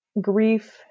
grief